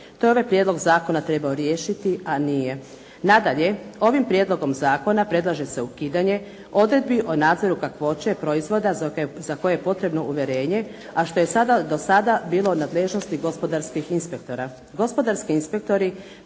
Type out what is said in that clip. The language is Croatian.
To je ovaj prijedlog zakona trebao riješiti, a nije. Nadalje, ovim prijedlogom zakona predlaže se ukidanje odredbi o nadzoru kakvoće proizvoda za koje je potrebno uvjerenje a što je do sada bilo u nadležnosti gospodarskih inspektora.